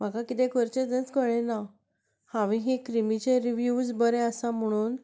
म्हाका कितें करचें तेंच कळ्ळें ना हांवें ह्या क्रिमीचे रिव्यूज बरे आसा म्हणून